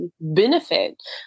benefit